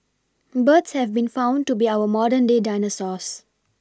birds have been found to be our modern day dinosaurs